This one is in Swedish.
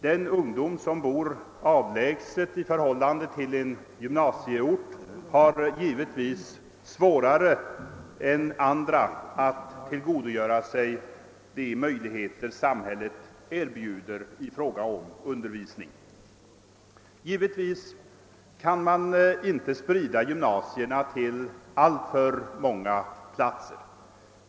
Den ungdom som bor avlägset i förhållande till en gymnasieort har givetvis svårare än annan ungdom att tillgodgöra sig de möjligheter samhället erbjuder i fråga om undervisning. Man kan naturligtvis inte sprida gymnasierna till alltför många platser.